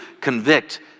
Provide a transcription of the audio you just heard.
convict